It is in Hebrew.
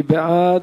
מי בעד,